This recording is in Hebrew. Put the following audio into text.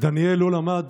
דניאל לא למד